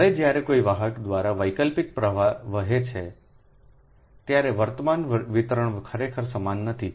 હવે જ્યારે કોઈ વાહક દ્વારા વૈકલ્પિક પ્રવાહ વહે છે ત્યારે વર્તમાન વિતરણ ખરેખર સમાન નથી